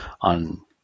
on